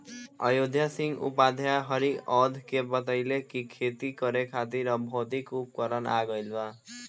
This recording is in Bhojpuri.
अयोध्या सिंह उपाध्याय हरिऔध के बतइले कि खेती करे खातिर अब भौतिक उपकरण आ गइल बा